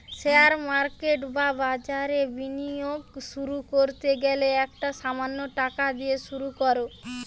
share market বা বাজারে বিনিয়োগ শুরু করতে গেলে একটা সামান্য টাকা দিয়ে শুরু করো